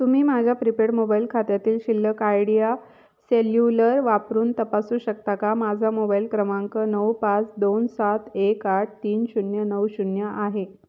तुम्ही माझ्या prepaid mobile खात्यातील शिल्लक आयडिया सेल्युलर वापरून तपासू शकता का माझा मोबाईल क्रमांक नऊ पाच दोन सात एक आठ तीन शून्य नऊ शून्य आहे